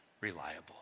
reliable